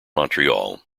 montreal